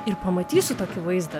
ir pamatysiu tokį vaizdą